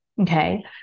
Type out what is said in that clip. Okay